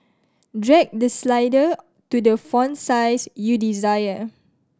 drag the slider to the font size you desire